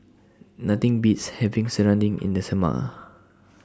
Nothing Beats having Serunding in The Summer